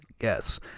Yes